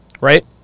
Right